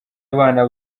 abana